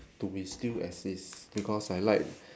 to be still exist because I like